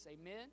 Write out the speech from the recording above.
Amen